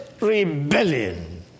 rebellion